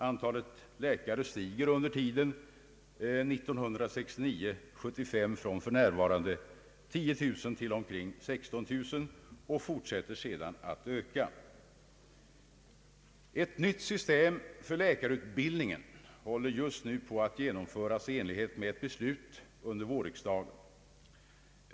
Antalet läkare stiger under tiden 1969—1975 från för närvarande 10 000 till omkring 16 000 och fortsätter sedan att öka. Ett nytt system för läkarutbildningen håller just nu på att genomföras i enlighet med ett beslut under vårriksdagen.